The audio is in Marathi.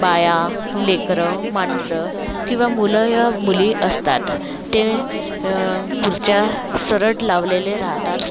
बाया लेकरं माणसं किंवा मुलं या मुली असतात ते खुर्च्या सरळ लावलेले राहतात